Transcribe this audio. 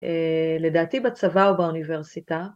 ‫לדעתי בצבא או באוניברסיטה.